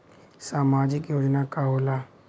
सामाजिक योजना का होला?